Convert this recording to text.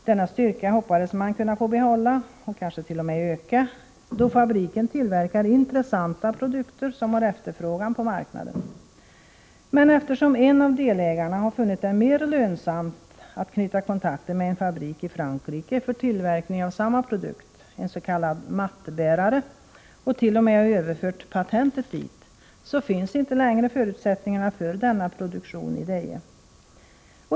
Denna styrka hoppades man kunna få behålla och kanske t.o.m. öka, då fabriken tillverkar intressanta produkter, som har efterfrågan på marknaden. Men eftersom en av delägarna har funnit det mera lönsamt att knyta kontakter med en fabrik i Frankrike för tillverkning av samma produkt, en s.k. mattbärare — och t.o.m. överfört patentet dit — finns inte längre förutsättningarna för denna produktion i Deje.